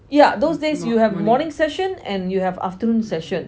yeah those days you have morning session and you have afternoon session